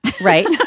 Right